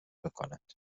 میکند